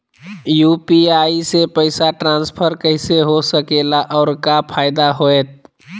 UPI से पैसा transfer कैसे हो सके ला और का फायदा होएत?